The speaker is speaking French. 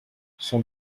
son